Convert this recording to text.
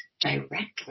directly